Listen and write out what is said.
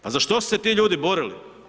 Pa za što su se ti ljudi borili?